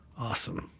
awesome.